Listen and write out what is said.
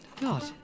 God